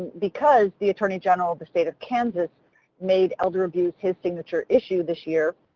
because the attorney general of the state of kansas made elder abuse his signature issue this year,